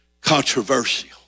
controversial